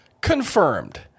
confirmed